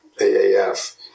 AAF